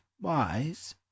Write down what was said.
wise